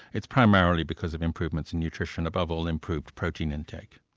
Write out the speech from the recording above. it's primarily because of improvements in nutrition, above all improved protein intake.